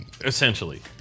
Essentially